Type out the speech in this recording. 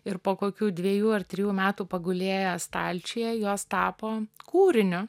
ir po kokių dviejų ar trijų metų pagulėję stalčiuje jos tapo kūriniu